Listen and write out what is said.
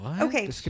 Okay